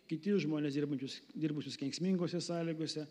kiti už žmones dirbančius dirbusius kenksmingose sąlygose